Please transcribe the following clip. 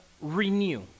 renew